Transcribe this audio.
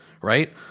right